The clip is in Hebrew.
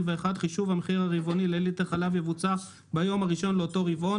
חישוב המחיר הרבעוני לליטר חלב יבוצע ביום הראשון לאותו רבעון,